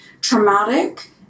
traumatic